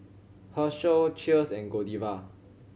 Herschel Cheers and Godiva